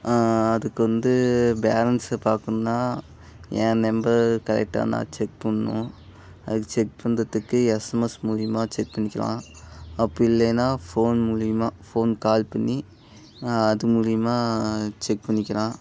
அதுக்கு வந்து பேலன்ஸை பார்க்கணுன்னா ஏன் நம்பர் கரெக்டான்னு நான் செக் பண்ணும் அதுக்கு செக் பண்ணுறத்துக்கு எஸ்எம்எஸ் மூலியமாக செக் பண்ணிக்கலாம் அப்படி இல்லன்னா ஃபோன் மூலியமாக ஃபோன் கால் பண்ணி அது மூலியமாக செக் பண்ணிக்கலாம்